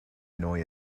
annoy